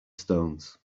stones